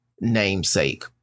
namesake